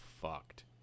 fucked